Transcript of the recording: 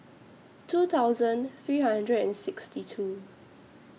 two thousand three hundred and sixty two